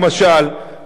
למשל,